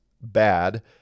bad